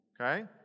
okay